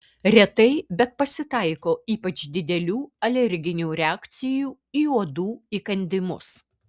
retai bet pasitaiko ypač didelių alerginių reakcijų į uodų įkandimus